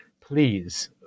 please